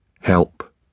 Help